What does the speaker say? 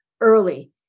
early